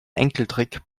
enkeltrick